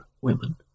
women